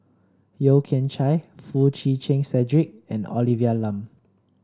Yeo Kian Chye Foo Chee Keng Cedric and Olivia Lum